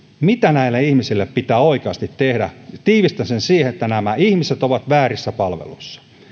mitä näille ihmisille pitää oikeasti tehdä tiivistän sen siihen että nämä ihmiset ovat väärissä palveluissa